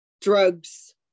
drugs